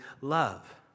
love